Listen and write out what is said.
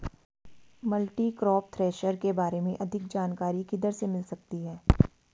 Multicrop thresher के बारे में अधिक जानकारी किधर से मिल सकती है?